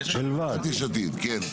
הסתייגויות "יש עתיד", כן.